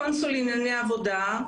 הקונסול לענייני עבודה,